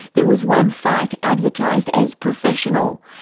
there was one fight advertised as professional.